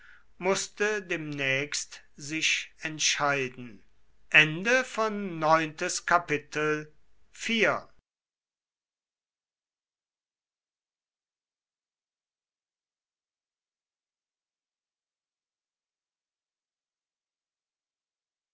mußte demnächst sich entscheiden